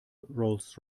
rolls